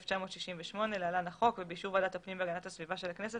התשכ"ח-1968 (להלן החוק) ובאישור ועדת הפנים והגנת הסביבה של הכנסת